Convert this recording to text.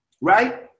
Right